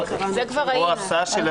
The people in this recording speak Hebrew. את זה כבר עברנו.